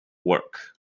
work